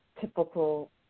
typical